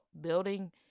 building